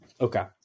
Okay